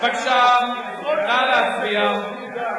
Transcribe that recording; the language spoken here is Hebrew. אני אגיד לך מי מגדיר, אדוני.